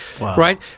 right